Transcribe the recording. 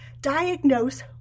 diagnose